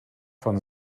von